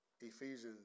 Ephesians